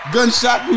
Gunshot